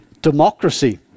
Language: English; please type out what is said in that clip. Democracy